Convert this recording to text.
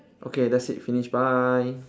okay that's it finish bye